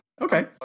okay